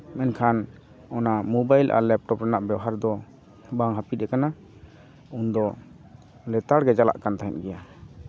ᱢᱮᱱᱠᱷᱟᱱ ᱚᱱᱟ ᱢᱳᱵᱟᱭᱤᱞ ᱟᱨ ᱞᱮᱯᱴᱚᱯ ᱨᱮᱱᱟᱜ ᱵᱮᱣᱦᱟᱨ ᱫᱚ ᱵᱟᱝ ᱦᱟᱹᱯᱤᱫ ᱠᱟᱱᱟ ᱩᱱᱫᱚ ᱞᱮᱛᱟᱲᱜᱮ ᱪᱟᱞᱟᱜ ᱠᱟᱱ ᱛᱟᱦᱮᱸᱫ ᱜᱮᱭᱟ